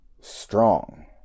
strong